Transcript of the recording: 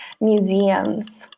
Museums